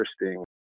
interesting